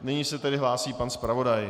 Nyní se tedy hlásí pan zpravodaj.